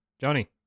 Johnny